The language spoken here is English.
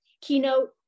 keynote